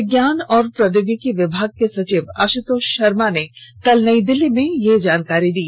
विज्ञान और प्रौद्योगिकी विभाग के सचिव आशुतोष शर्मा ने कल नई दिल्ली में यह जानकारी दी